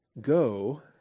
go